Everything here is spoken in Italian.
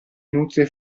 inutile